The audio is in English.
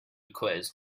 quiz